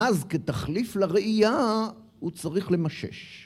אז כתחליף לראייה, הוא צריך למשש.